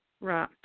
Right